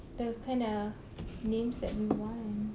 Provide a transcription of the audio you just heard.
the kind of names that you want